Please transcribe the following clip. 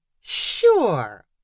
Sure